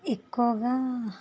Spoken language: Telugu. ఎక్కువగా